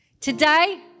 Today